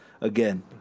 Again